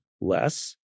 less